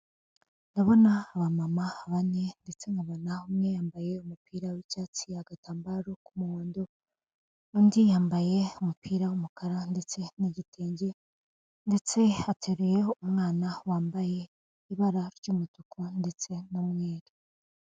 Ndabona abamama bane ndetse nkabona umwe yambaye umupira w'icyatsi agatambaro k'umuhondo undi yambaye umupira w'umukara, ndetse n'igitenge ndetse ateruye umwana wambaye ibara ry'umutuku ndetse n'umweru.